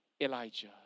Elijah